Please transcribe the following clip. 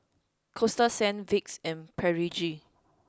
Coasta Sands Vicks and Pedigree